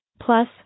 Plus